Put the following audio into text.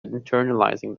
internalizing